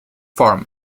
farm